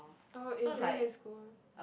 oh in secondary school